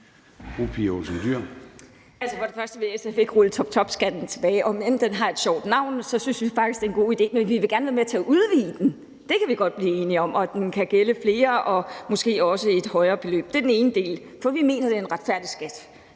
For det første vil SF ikke rulle toptopskatten tilbage. Omend den har et sjovt navn, synes vi faktisk, det er en god idé. Men vi vil gerne være med til at udvide den – det kan vi godt blive enige om – og at den kan gælde flere og måske også med et højere beløb. Det er den ene del af det. For vi mener, at det er en retfærdig skat.